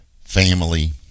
Family